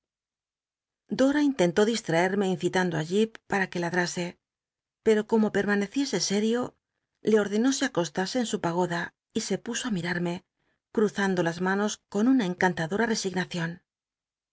a intentó distraerme incitando i ji pata oor jttc lad asc pero como permaneciese sétio le ordenó se acostase en su pagoda y se puso i mirarmc cl'llzanclo las manos con tma encantadora resignacio